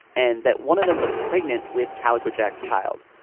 and that one of them was pregnant with calico jack's child.